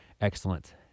excellent